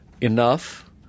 enough